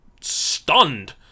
stunned